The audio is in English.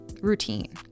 routine